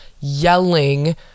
yelling